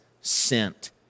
sent